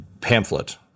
pamphlet